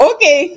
Okay